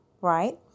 right